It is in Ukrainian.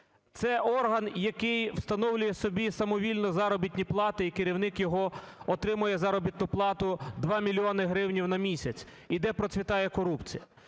Це орган, який встановлює собі самовільно заробітні плати, і керівник його отримує заробітну плату 2 мільйони гривень на місяць і де процвітає корупція.